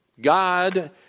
God